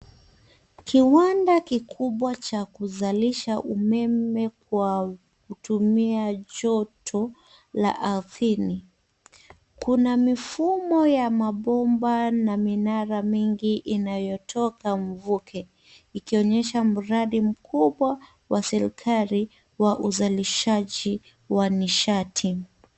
Kiwanda kikubwa cha kuzalisha umeme kwa kutumia joto ya ardhini. Kuna mifumo ya mabomba na minara mingi inayotoka mvuke, ikionyesha mradi mkubwa wa serikali wa uzalishaji wa nishati.